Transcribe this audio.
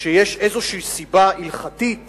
שיש איזו סיבה הלכתית